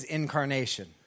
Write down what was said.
incarnation